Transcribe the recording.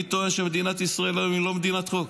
אני טוען שמדינת ישראל היא לא מדינת חוק,